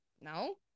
no